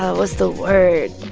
ah what's the word?